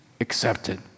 accepted